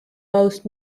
most